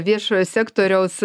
viešojo sektoriaus